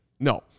No